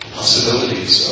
possibilities